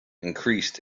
increased